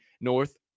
North